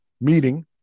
meeting